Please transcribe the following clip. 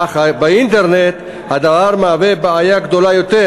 אך באינטרנט הדבר מהווה בעיה גדולה יותר,